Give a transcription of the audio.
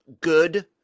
good